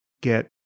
get